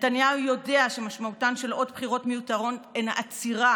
נתניהו יודע שמשמעותן של עוד בחירות מיותרות היא עצירה